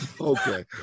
Okay